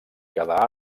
quedar